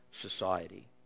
society